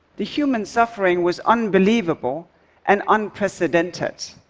the human suffering was unbelievable and unprecedented.